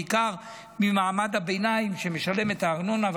בעיקר ממעמד הביניים שמשלם את הארנונה,